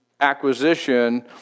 acquisition